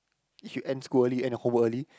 if you end school early end your homework early